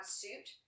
suit